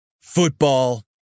Football